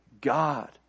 God